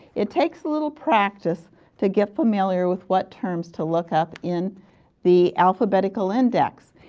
it takes a little practice to get familiar with what terms to look up in the alphabetical index,